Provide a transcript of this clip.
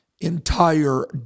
entire